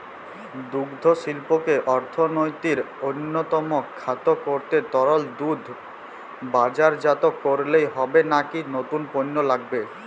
দুগ্ধশিল্পকে অর্থনীতির অন্যতম খাত করতে তরল দুধ বাজারজাত করলেই হবে নাকি নতুন পণ্য লাগবে?